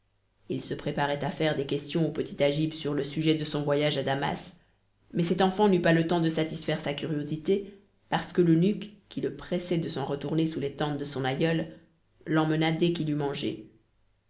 il se préparait à taire des questions au petit agib sur le sujet de son voyage à damas mais cet enfant n'eut pas le temps de satisfaire sa curiosité parce que l'eunuque qui le pressait de s'en retourner sous les tentes de son aïeul l'emmena dès qu'il eut mangé